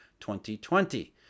2020